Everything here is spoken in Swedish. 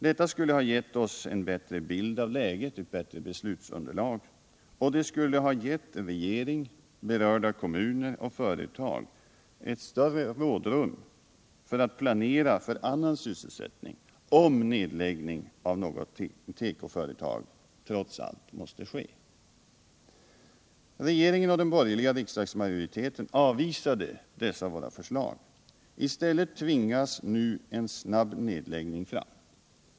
Detta skulle ha gett oss en bättre bild av läget och ett bättre beslutsunderlag och det skulle ha gett regeringen samt berörda kommuner och företag ett större rådrum för att planera för annan sysselsättning, om nedläggning av något tekoföretag trots allt måste ske. Regeringen och den borgerliga riksdagsmajoriteten avvisade dessa våra förslag, och nu tvingas i stället en snabb nedläggning fram.